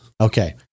Okay